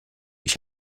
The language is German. ich